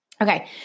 Okay